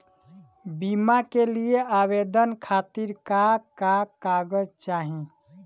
बीमा के लिए आवेदन खातिर का का कागज चाहि?